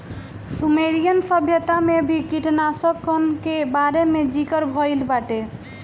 Sumerian सभ्यता में भी कीटनाशकन के बारे में ज़िकर भइल बाटे